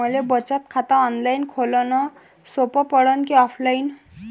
मले बचत खात ऑनलाईन खोलन सोपं पडन की ऑफलाईन?